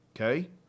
Okay